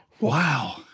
Wow